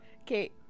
okay